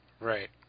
Right